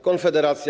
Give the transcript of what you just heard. Konfederacja?